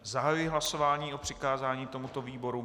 Zahajuji hlasování o přikázání tomuto výboru.